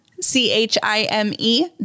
C-H-I-M-E